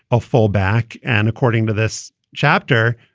a fullback. and according to this chapter,